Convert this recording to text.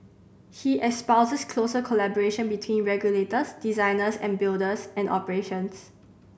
he espouses closer collaboration between regulators designers and builders and operators